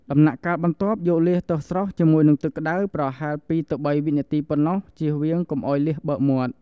ដំណាក់កាលបន្ទាប់យកលៀសទៅស្រុះ ជាមួយនឹងទឹកក្តៅ ប្រហែល២ទៅ៣វិនាទីប៉ុណ្តោះ ជៀសវាងកុំឲ្យលៀសបើកមាត់។